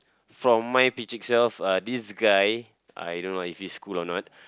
from my picture self this guy I don't know if he's cool or not